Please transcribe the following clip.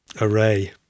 array